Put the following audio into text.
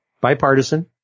bipartisan